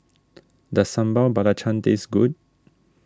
does Sambal Belacan taste good